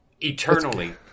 Eternally